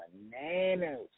bananas